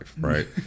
right